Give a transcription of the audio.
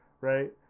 right